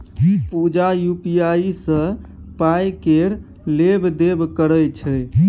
पुजा UPI सँ पाइ केर लेब देब करय छै